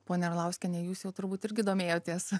ponia arlauskiene jūs jau turbūt irgi domėjotės